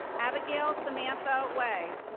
abigail samantha way.